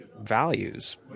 Values